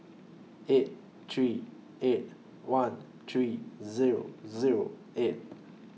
eight three eight one three Zero Zero eight